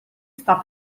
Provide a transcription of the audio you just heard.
sta